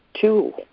two